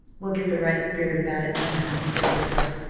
we'll get the right spirit about it somehow, and forget her,